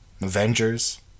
Avengers